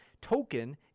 Token